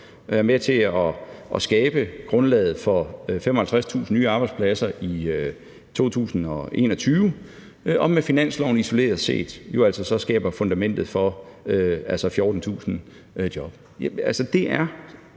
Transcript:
med til at skabe grundlaget for 55.000 nye arbejdspladser i 2021 og med finansloven isoleret set jo altså så skaber fundamentet for 14.000 job.